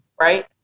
Right